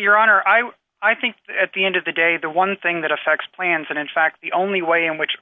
your honor i i think at the end of the day the one thing that affects plans and in fact the only way in which